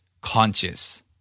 conscious